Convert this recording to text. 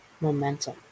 momentum